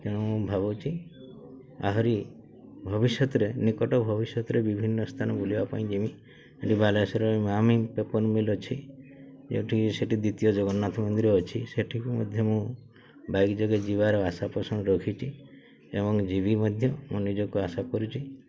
ଏଣୁ ମୁଁ ଭାବୁଛି ଆହୁରି ଭବିଷ୍ୟତରେ ନିକଟ ଭବିଷ୍ୟତରେ ବିଭିନ୍ନ ସ୍ଥାନ ବୁଲିବା ପାଇଁ ଯିମି ବାଲେଶ୍ୱର ଇମାମି ପେପର୍ ମିଲ୍ ଅଛି ଯେଉଁଠି ସେଠି ଦ୍ୱିତୀୟ ଜଗନ୍ନାଥ ମନ୍ଦିର ଅଛି ସେଠିକୁ ମଧ୍ୟ ମୁଁ ବାଇକ୍ ଯୋଗେ ଯିବାର ଆଶାପୋଷଣ ରଖିଛି ଏବଂ ଯିବି ମଧ୍ୟ ମୋ ନିଜକୁ ଆଶା କରୁଛି